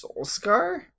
SoulScar